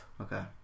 Okay